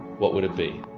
what would it be?